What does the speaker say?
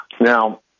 Now